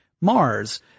Mars